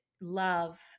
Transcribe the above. love